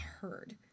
heard